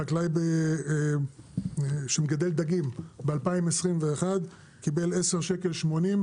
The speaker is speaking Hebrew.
חקלאי שמגדל דגים ב-2021 קיבל 10.8 ₪,